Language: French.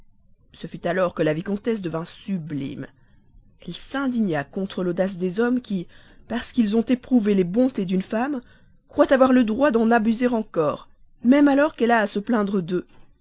ce fut alors que la vicomtesse devint sublime elle s'indigna contre l'audace des hommes qui parce qu'ils ont éprouvé les bontés d'une femme croient avoir le droit d'en abuser encore même alors qu'elle a à se plaindre d'eux